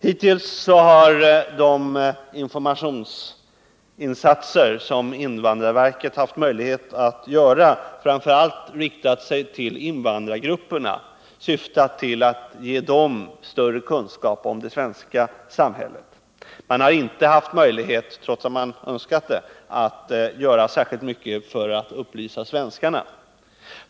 Hittills har de informationsinsatser som invandrarverket haft möjlighet att göra framför allt riktat sig till invandrargrupperna, syftat till att ge dem större kunskap om det svenska samhället. Man har inte haft möjlighet — trots att man önskat det — att göra särskilt mycket för att upplysa svenskarna.